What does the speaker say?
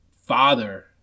father